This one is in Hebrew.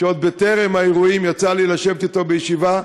שעוד בטרם האירועים יצא לי לשבת אתו בישיבה,